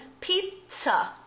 pizza